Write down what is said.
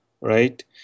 right